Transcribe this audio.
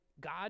God